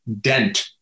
dent